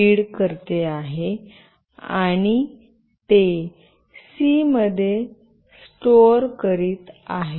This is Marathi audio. read करते आहे आणि ते सी मध्ये स्टोर करीत आहे